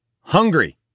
hungry